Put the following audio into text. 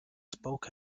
spoke